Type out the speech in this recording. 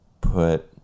put